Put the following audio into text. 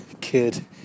kid